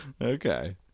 Okay